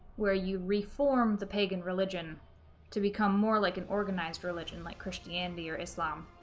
where you reform the pagan religion to become more like an organized religion like christianity or islam